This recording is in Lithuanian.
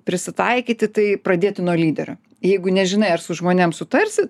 prisitaikyti tai pradėti nuo lyderio jeigu nežinai ar su žmonėm sutarsi